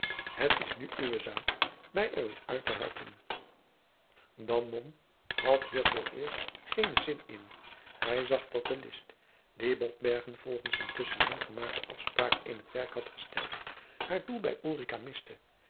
het is nu uwe zaak mij er weêr uit te helpen dan mom had hier vooreerst geenen zin in hij zag dat de list die botbergen volgens een tusschen hen gemaakte afspraak in t werk had gesteld haar doel bij ulrica miste